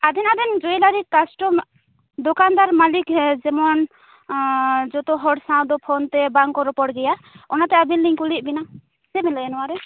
ᱟᱫᱷᱮᱱ ᱟᱫᱷᱮᱱ jewellery custom ᱫᱚᱠᱟᱱ ᱫᱟᱨ ᱢᱟᱹᱞᱤᱠ ᱡᱮᱢᱚᱱ ᱡᱚᱛᱚ ᱦᱚᱲ ᱥᱟᱶ ᱫᱚ ᱯᱷᱳᱱᱛᱮ ᱵᱟᱝ ᱠᱚ ᱨᱚᱯᱚᱲ ᱜᱮᱭᱟ ᱚᱱᱟᱛᱮ ᱟᱹᱵᱤᱱ ᱞᱤᱧ ᱠᱩᱞᱤᱭᱮᱫ ᱵᱮᱱᱟ ᱪᱮᱫ ᱵᱮᱱ ᱞᱟᱹᱭᱟ ᱱᱚᱣᱟ ᱨᱮ